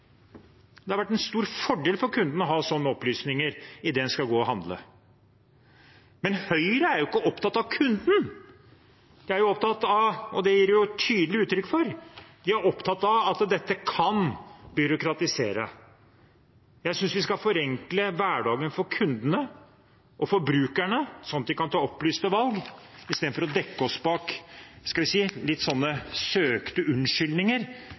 Det hadde vært en stor fordel for kunden å ha sånne opplysninger idet en skal gå og handle. Men Høyre er jo ikke opptatt av kunden. De er opptatt av – og det gir de tydelig uttrykk for – at dette kan byråkratiseres. Jeg synes vi skal forenkle hverdagen for kundene og forbrukerne, sånn at de kan ta opplyste valg, istedenfor å dekke oss bak – hva skal vi si – litt sånne søkte unnskyldninger